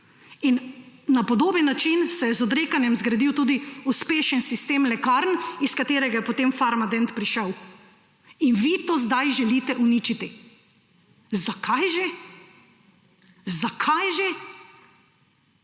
Na podoben način se je z odrekanjem zgradil tudi uspešen sistem lekarn, iz katerega je potem Farmadent prišel. In vi to zdaj želite uničiti. Zakaj že? Zakaj že?!